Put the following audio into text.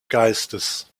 geistes